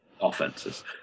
offenses